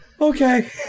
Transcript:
Okay